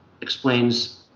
explains